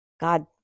God